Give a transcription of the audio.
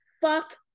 Fuck